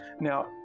Now